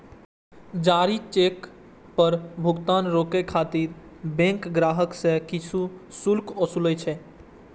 जारी चेक पर भुगतान रोकै खातिर बैंक ग्राहक सं किछु शुल्क ओसूलै छै